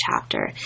chapter